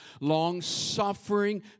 long-suffering